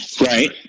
Right